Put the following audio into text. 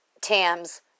Tams